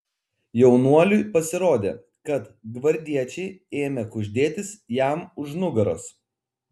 jaunuoliui pasirodė kad gvardiečiai ėmė kuždėtis jam už nugaros